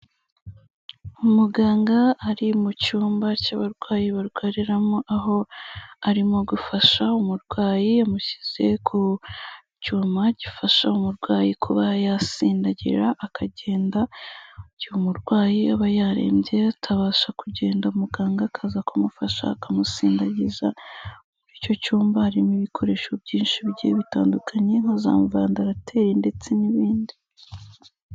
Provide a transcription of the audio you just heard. Umuganga ari mu cyumba cy'abarwayi barwariramo, aho arimo gufasha umurwayi ya amushyize ku cyuma gifasha umurwayi kuba yasindagira akagenda, igihe umurwayi aba yarembye atabasha kugenda, muganga akaza kumufasha akamusindagiza. Muri icyo cyumba harimo ibikoresho byinshi bigiye bitandukanye nka: za vandarateri ndetse n'ibindi.